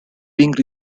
being